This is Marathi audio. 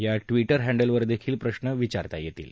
या ट्विट हॅडलवर देखील प्रश्न विचारता येतील